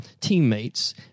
teammates